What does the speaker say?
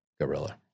gorilla